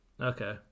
okay